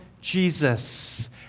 Jesus